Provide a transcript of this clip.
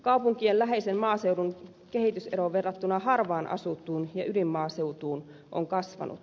kaupunkien läheisen maaseudun kehitysero verrattuna harvaan asuttuun ja ydinmaaseutuun on kasvanut